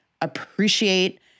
appreciate